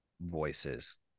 voices